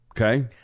Okay